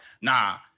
nah